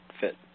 fit